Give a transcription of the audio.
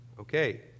Okay